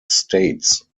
states